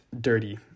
dirty